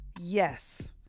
Yes